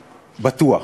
בטוח.